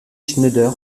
schneider